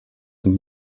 and